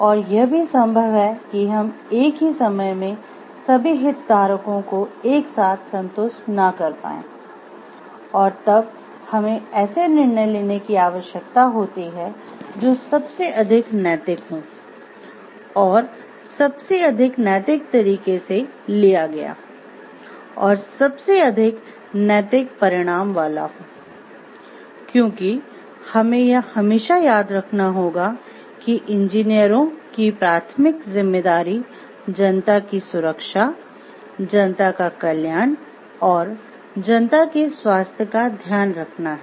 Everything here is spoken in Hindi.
और यह भी संभव है कि हम एक ही समय में सभी हितधारकों को एक साथ संतुष्ट ना कर पायें और तब हमें ऐसे निर्णय लेने की आवश्यकता होती है जो सबसे अधिक नैतिक हो और सबसे अधिक नैतिक तरीके से लिया गया हो और सबसे अधिक नैतिक परिणाम वाला हो क्योंकि हमें यह हमेशा याद रखना होगा कि इंजीनियरों की प्राथमिक जिम्मेदारी जनता की सुरक्षा जनता का कल्याण और जनता के स्वास्थ्य का ध्यान रखना है